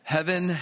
Heaven